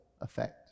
effect